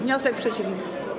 Wniosek przeciwny.